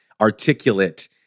articulate